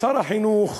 שר החינוך